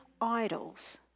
idols